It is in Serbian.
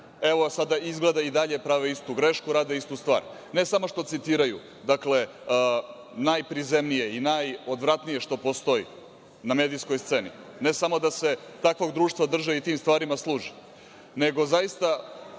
Evo, sada izgleda i dalje prave istu grešku, rade istu stvar. Ne samo što citiraju najprizemnije i najodvratnije što postoji na medijskoj sceni, ne samo da se takvog društva drže i tim stvarima služe, nego zaista